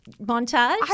montage